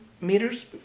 meters